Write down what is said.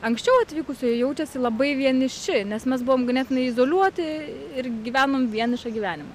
anksčiau atvykusiųjų jaučiasi labai vieniši nes mes buvom ganėtinai izoliuoti ir gyvenom vienišą gyvenimą